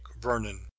Vernon